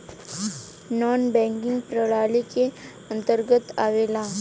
नानॅ banking प्रणाली के अंतर्गत आवेला